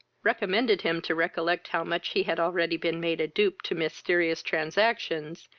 recommended him to recollect how much he had already been made a dupe to mysterious transactions,